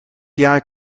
jaar